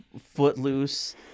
Footloose